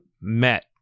met